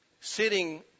sitting